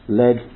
led